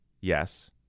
yes